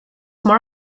more